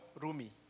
Rumi